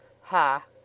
Ha